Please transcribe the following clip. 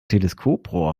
teleskoprohr